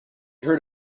heard